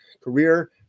career